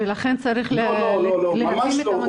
לא ממש לא.